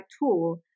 tool